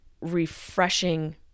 refreshing